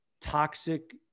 toxic